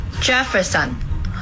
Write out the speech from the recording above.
Jefferson